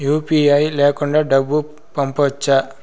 UPI లేకుండా డబ్బు పంపొచ్చా